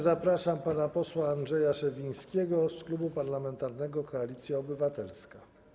Zapraszam pana posła Andrzeja Szewińskiego z Klubu Parlamentarnego Koalicja Obywatelska.